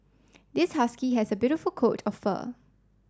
this husky has beautiful coat of fur